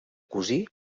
cosí